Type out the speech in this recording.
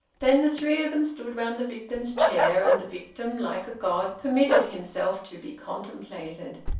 then the three of them stood round the victim's chair, and the victim, like a god, permitted himself to be contemplated.